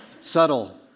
Subtle